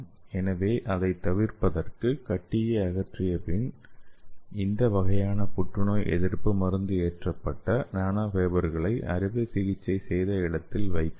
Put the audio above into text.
எனவே அதைத் தவிர்ப்பதற்கு கட்டியை அகற்றிய பிறகு இந்த வகையான புற்றுநோய் எதிர்ப்பு மருந்து ஏற்றப்பட்ட நானோ ஃபைபர்களை அறுவை சிகிச்சை செய்த இடத்தில் வைக்கலாம்